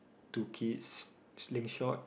to kiss sling shot